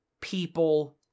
people